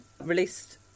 released